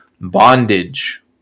Bondage